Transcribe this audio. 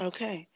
Okay